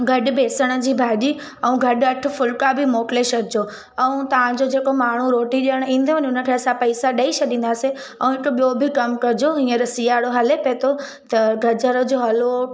गॾु बेसण जी भाॼी ऐं गॾु अठ फुलिका बि मोकिले छॾिजो ऐं तव्हांजो जेको माण्हू रोटी ॾियणु ईंदव न उन खे असां पैसा ॾेई छॾींदा से ऐं हिकु ॿियों बि कमु कजो हींअर सियारो हले पियो थो त गजर जो हलवो